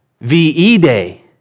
V-E-Day